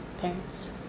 parents